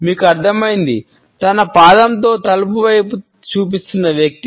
మీకు అర్థమైంది తన పాదంతో తలుపు వైపు చూపిస్తున్న వ్యక్తి